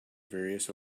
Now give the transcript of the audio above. various